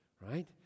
Right